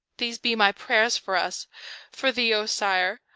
these be my prayers for us for thee, o sire,